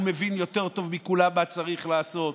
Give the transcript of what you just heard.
הוא מבין יותר טוב מכולם מה צריך לעשות,